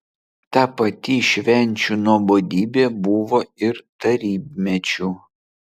ta pati švenčių nuobodybė buvo ir tarybmečiu